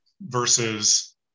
versus